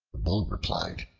the bull replied,